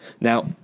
Now